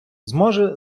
зможе